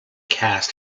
cast